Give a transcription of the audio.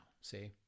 see